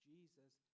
Jesus